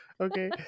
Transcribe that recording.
Okay